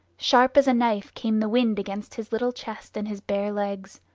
sharp as a knife came the wind against his little chest and his bare legs.